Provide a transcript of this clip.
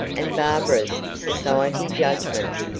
and barbara's society judgments,